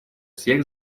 всех